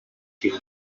you